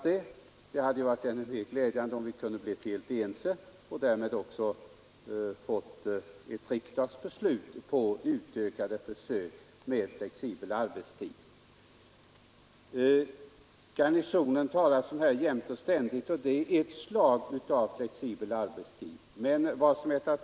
Det hade varit ännu mer glädjande om vi hade kunnat bli helt ense och därmed fått ett riksdagsbeslut på utökade försök med flexibel arbetstid. Man talar jämt och ständigt om kvarteret Garnisonen i Stockholm, och det är ett slag av flexibel arbetstid som prövas där.